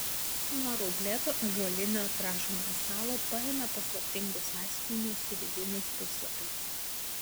nuo rauplėto ąžuolinio rašomojo stalo paėmė paslaptingus sąsiuvinius su vidiniais puslapiais